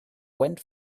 went